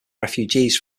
refugees